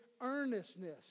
earnestness